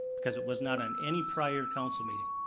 because it was not on any prior council meeting.